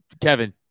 Kevin